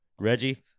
Reggie